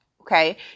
Okay